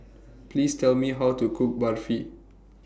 Please Tell Me How to Cook Barfi